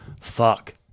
fuck